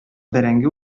бәрәңге